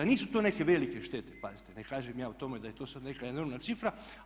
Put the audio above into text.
Nisu to neke velike štete, pazite ne kažem ja o tome da je to sad neka enormna cifra.